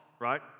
right